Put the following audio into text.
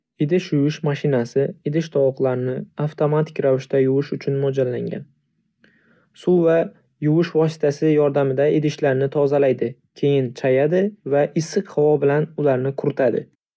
Idish yuvish mashinasi idish-tovoqlarni avtomatik ravishda yuvish uchun mo'ljallangan. Suv va yuvish vositasi yordamida idishlarni tozalaydi, keyin chayadi va issiq havo bilan ularni quritadi.